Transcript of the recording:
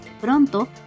pronto